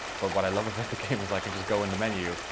but what i love about the game is i can just go in the menu,